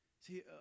See